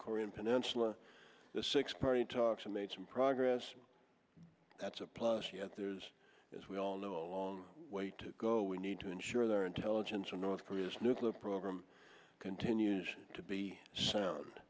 korean peninsula the six party talks are made some progress that's a plus yet there is as we all know a long way to go we need to ensure that our intelligence on north korea's nuclear program continues to be sound